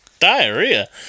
Diarrhea